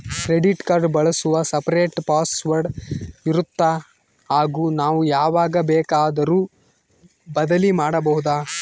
Credit card ಬಳಸಲು separate password ಇರುತ್ತಾ ಹಾಗೂ ನಾವು ಯಾವಾಗ ಬೇಕಾದರೂ ಬದಲಿ ಮಾಡಬಹುದಾ?